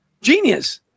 Genius